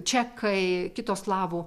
čekai kitos slavų